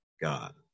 God